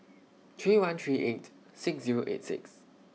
three one three eight six Zero eight six